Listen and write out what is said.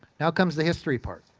now comes the history part.